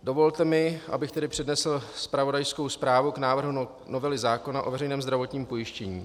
Dovolte mi, abych tedy přednesl zpravodajskou zprávu k návrhu novely zákona o veřejném zdravotním pojištění.